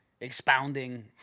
expounding